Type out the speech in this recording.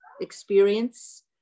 experience